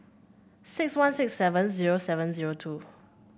six one six seven zero seven zero two